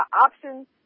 options